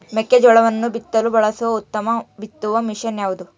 ಮೆಕ್ಕೆಜೋಳವನ್ನು ಬಿತ್ತಲು ಬಳಸುವ ಉತ್ತಮ ಬಿತ್ತುವ ಮಷೇನ್ ಯಾವುದು?